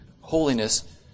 holiness